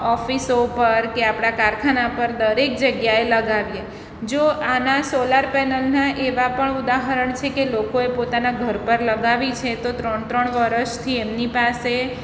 ઓફીસો ઉપર કે આપણા કારખાના પર દરેક જગ્યાએ લગાવીએ જો આના સોલાર પેનલના એવા પણ ઉદાહરણ છે કે લોકોએ પોતાના ઘર પર લગાવી છે તો ત્રણ ત્રણ વર્ષથી એમની પાસે